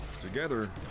Together